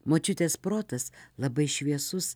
močiutės protas labai šviesus